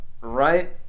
right